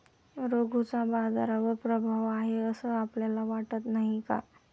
रघूचा बाजारावर प्रभाव आहे असं आपल्याला वाटत नाही का?